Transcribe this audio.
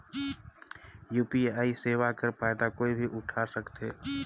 UPI सेवा कर फायदा कोई भी उठा सकथे?